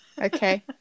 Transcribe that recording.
Okay